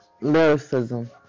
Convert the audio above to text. lyricism